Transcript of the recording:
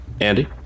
Andy